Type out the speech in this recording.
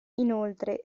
inoltre